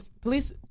police